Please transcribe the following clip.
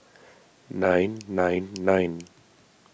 nine nine nine